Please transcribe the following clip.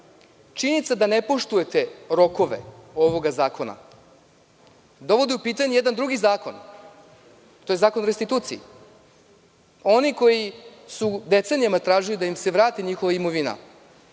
Činjenica da ne poštujete rokove ovog zakona dovodi u pitanje jedan drugi zakon, a to je Zakon o restituciji. Oni koji su decenijama tražili da im se vrati njihova imovina